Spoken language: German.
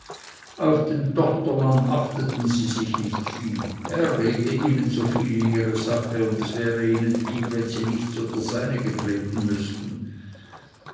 auf den tochtermann achteten sie sich nicht viel er rede ihnen zu viel in ihre sache und es wäre ihnen lieb wenn sie nicht zu der seinigen reden müßten